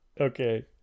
okay